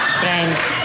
friends